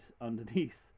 underneath